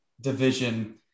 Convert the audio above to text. division